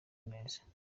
neza